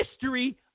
history